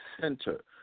center